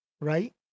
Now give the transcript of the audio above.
right